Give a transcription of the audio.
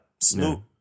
Snoop